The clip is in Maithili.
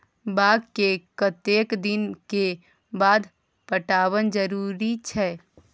बाग के कतेक दिन के बाद पटवन जरूरी छै?